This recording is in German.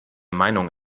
meinung